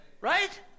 right